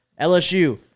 LSU